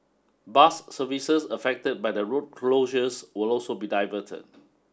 bus services affected by the road closures will also be diverted